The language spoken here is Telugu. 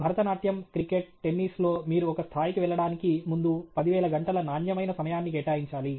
భరతనాట్యం క్రికెట్ టెన్నిస్ లో మీరు ఒక స్థాయికి వెళ్ళడానికి ముందు 10000 గంటల నాణ్యమైన సమయాన్ని కేటాయించాలి